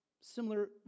Similar